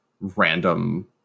random